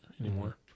anymore